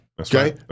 Okay